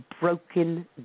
broken